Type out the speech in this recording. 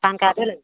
PAN card